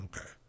Okay